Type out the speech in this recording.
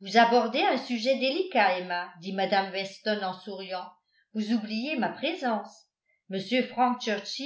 vous abordez un sujet délicat emma dit mme weston en souriant vous oubliez ma présence m frank